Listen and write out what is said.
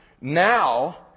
now